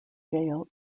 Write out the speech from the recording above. jail